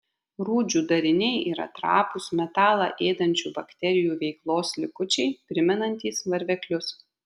rūdžių dariniai yra trapūs metalą ėdančių bakterijų veiklos likučiai primenantys varveklius